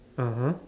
(uh huh)